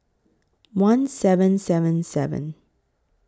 one seven seven seven